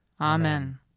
Amen